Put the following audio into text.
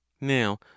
now